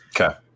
Okay